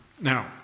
Now